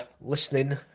listening